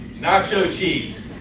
nacho cheese.